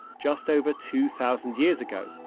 just over two thousand years ago.